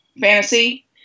fantasy